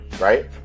right